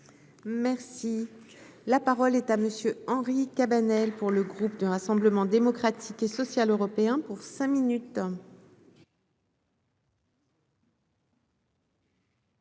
Merci. L'État Monsieur Henri Cabanel pour le groupe du Rassemblement démocratique et social européen pour cinq minutes.